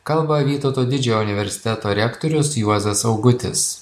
kalba vytauto didžiojo universiteto rektorius juozas augutis